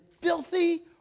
filthy